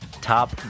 Top